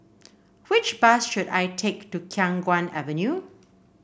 which bus should I take to Khiang Guan Avenue